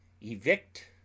evict